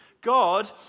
God